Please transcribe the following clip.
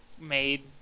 made